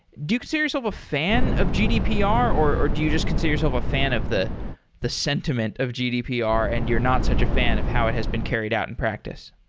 do you consider yourself a fan of gdpr or or do you just considers yourself a fan of the the sentiment of gdpr and you're not such a fan of how it has been carried out in practice?